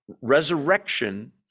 resurrection